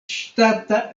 ŝtata